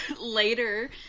Later